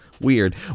Weird